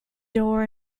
door